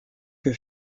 que